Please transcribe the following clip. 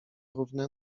równe